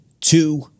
two